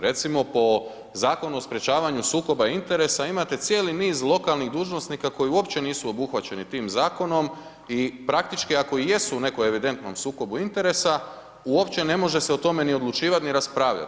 Recimo, po Zakonu o sprječavanju sukoba interesa, imate cijeli niz lokalnih dužnosnika, koji uopće nisu obuhvaćeni tim zakonom i praktički ako i jesu u nekom evidentnom sukobu interesa, uopće ne može se o tome ni odlučivati ni raspravljati.